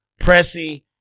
Pressy